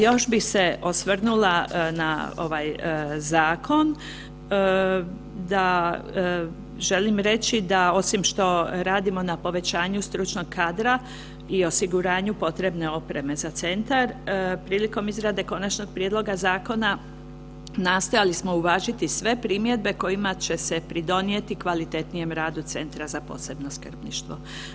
Još bih se osvrnula na ovaj zakon da želim reći da osim što radimo na povećanju stručnog kadra i osiguranju potrebne opreme za centar, prilikom izrade konačnog prijedloga zakona nastojali smo uvažiti sve primjedbe kojima će se pridonijeti kvalitetnijem radu Centra za posebno skrbništvo.